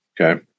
Okay